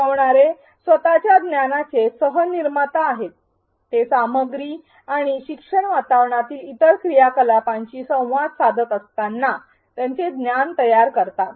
शिकणारे स्वतःच्या ज्ञानाचे सह निर्माता आहेत ते सामग्री आणि शिक्षण वातावरणातील इतर क्रियाकलापांशी संवाद साधत असताना त्यांचे ज्ञान तयार करतात